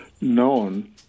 known